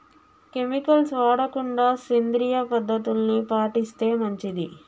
chemicals వాడకుండా సేంద్రియ పద్ధతుల్ని పాటిస్తే మంచిది